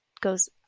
goes